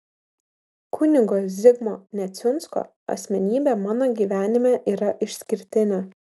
kunigo zigmo neciunsko asmenybė mano gyvenime yra išskirtinė